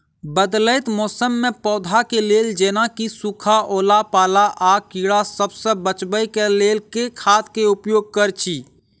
बदलैत मौसम मे पौधा केँ लेल जेना की सुखा, ओला पाला, आ कीड़ा सबसँ बचबई केँ लेल केँ खाद केँ उपयोग करऽ छी?